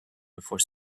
before